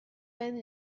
went